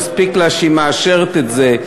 מספיק לה שהיא מאשרת את זה.